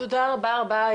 תודה רבה רבה,